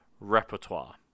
repertoire